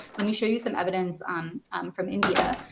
let me show you some evidence um from india.